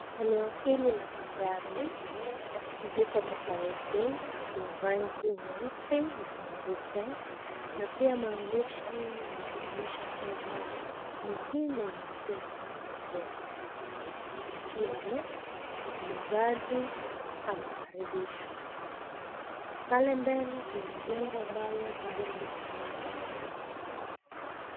Eneo hili la magari ziko tofauti. Kuna rangi nyeusi na nyeupe. Na pia maandishi yanaonyesha kwamba ni ile umekuwa ukingojea, hivyo, muuzaji amekaribishwa. Pale mbele, kuna jengo ambalo bado linaendelea kujengwa..